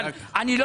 אני לא מייחס.